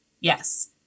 Yes